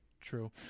true